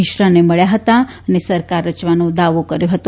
મિશ્રાને મળ્યા હતા અને સરકાર રચવાનો દાવો કર્યો હતો